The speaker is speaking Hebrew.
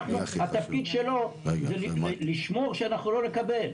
התפקיד שלו זה לשמור שאנחנו לא נקבל,